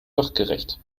sachgerecht